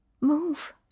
Move